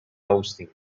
austin